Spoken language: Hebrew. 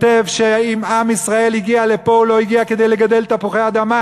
שאם עם ישראל הגיע לפה הוא לא הגיע כדי לגדל תפוחי-אדמה,